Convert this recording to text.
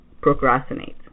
procrastinate